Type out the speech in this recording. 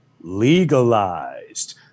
legalized